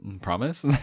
Promise